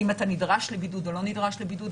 אם אתה נדרש לבידוד או לא נדרש לבידוד,